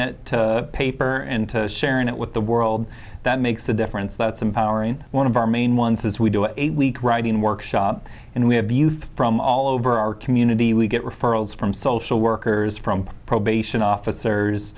to paper and sharing it with the world that makes a difference that's empowering one of our main ones is we do a week writing workshop and we have youth from all over our community we get referrals from social workers from probation officers